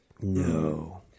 No